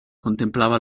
contemplava